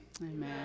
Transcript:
Amen